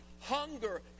hunger